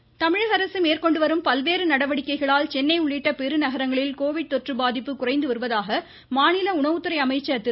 காமராஜ் தமிழக அரசு மேற்கொண்டு வரும் பல்வேறு நடவடிக்கைகளால் சென்னை உள்ளிட்ட பெருநகரங்களில் கோவிட் தொற்று பாதிப்பு குறைந்து வருவதாக மாநில உணவுத்துறை அமைச்சர் திரு